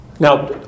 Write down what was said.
Now